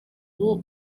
ubu